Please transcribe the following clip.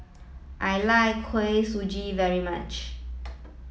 I like Kuih Suji very much